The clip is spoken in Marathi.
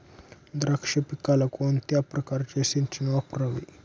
द्राक्ष पिकाला कोणत्या प्रकारचे सिंचन वापरावे?